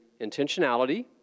intentionality